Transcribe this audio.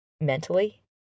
mentally